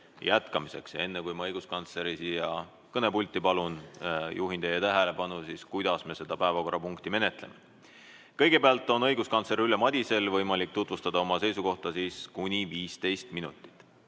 jätkamiseks. Enne kui ma õiguskantsleri siia kõnepulti palun, juhin teie tähelepanu, kuidas me seda päevakorrapunkti menetleme. Kõigepealt on õiguskantsler Ülle Madisel võimalik oma seisukohta tutvustada kuni 15 minutit.